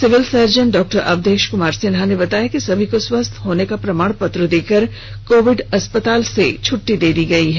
civil surgeon Dr Avdhesh Kumar Sinha ने बताया कि सभी को स्वस्थ होने का प्रमाणपत्र देकर कोविड अस्पताल से छुट्टी दे दी गई है